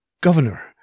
Governor